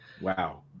wow